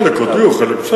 חלק הודיעו, חלק.